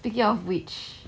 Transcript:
speaking of which